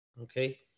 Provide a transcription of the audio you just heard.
okay